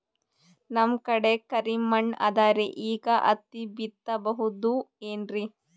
ನಮ್ ಕಡೆ ಕರಿ ಮಣ್ಣು ಅದರಿ, ಈಗ ಹತ್ತಿ ಬಿತ್ತಬಹುದು ಏನ್ರೀ?